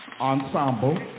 ensemble